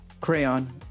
crayon